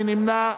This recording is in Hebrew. מי נמנע?